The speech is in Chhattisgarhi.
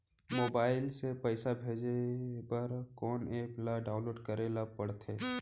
मोबाइल से पइसा भेजे बर कोन एप ल डाऊनलोड करे ला पड़थे?